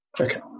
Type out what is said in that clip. okay